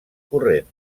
corrent